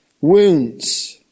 wounds